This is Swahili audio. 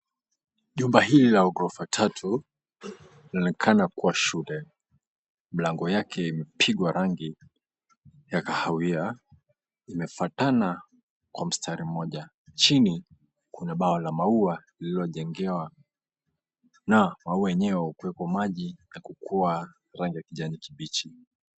Jumba hili la ghorofa tatu inaonekana kuwa shule, mlango yake imepigwa rangi ya kahawia zimefuatana kwa mistari mmoja chini, kuna bao la maua lililojengewa na maua lenyewe upwepo wa maji na kukuwa rangi ya kijani kibichi.